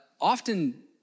often